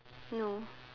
no